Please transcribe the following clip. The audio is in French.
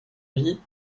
vie